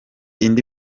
indi